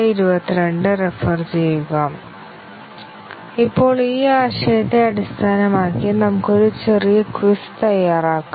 ഇപ്പോൾ ഈ ആശയത്തെ അടിസ്ഥാനമാക്കി നമുക്ക് ഒരു ചെറിയ ക്വിസ് തയ്യാറാക്കാം